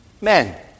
men